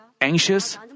anxious